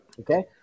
Okay